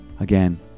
Again